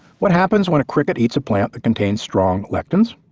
what happens when a cricket eats a plant that contains strong lectins?